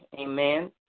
Amen